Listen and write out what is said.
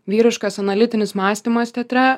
vyriškas analitinis mąstymas teatre